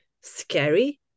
scary